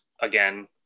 again